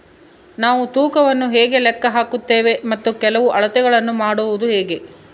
ನಾವು ತೂಕವನ್ನು ಹೇಗೆ ಲೆಕ್ಕ ಹಾಕುತ್ತೇವೆ ಮತ್ತು ಕೆಲವು ಅಳತೆಗಳನ್ನು ಮಾಡುವುದು ಹೇಗೆ?